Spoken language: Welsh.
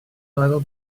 aelod